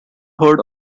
heard